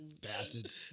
Bastard